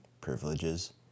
privileges